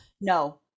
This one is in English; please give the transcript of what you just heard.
No